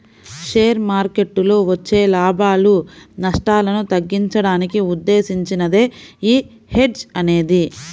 share మార్కెట్టులో వచ్చే లాభాలు, నష్టాలను తగ్గించడానికి ఉద్దేశించినదే యీ హెడ్జ్ అనేది